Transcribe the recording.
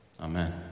Amen